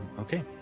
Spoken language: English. Okay